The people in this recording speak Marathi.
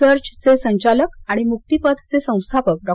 सर्चचे संचालक आणि मुक्तिपथचे संस्थापक डॉ